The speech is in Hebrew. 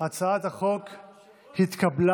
הצעת החוק התקבלה,